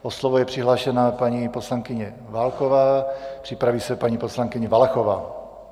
O slovo je přihlášena paní poslankyně Válková, připraví se paní poslankyně Valachová.